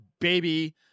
baby